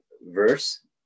verse